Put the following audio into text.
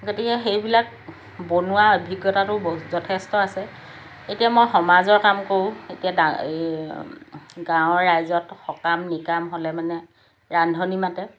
গতিকে সেইবিলাক বনোৱা অভিজ্ঞতাটো যথেষ্ট আছে এতিয়া মই সমাজৰ কাম কৰোঁ এতিয়া এই গাঁৱৰ ৰাইজৰ সকাম নিকাম হ'লে মানে ৰান্ধনী মাতে